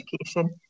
education